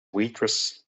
waitress